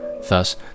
Thus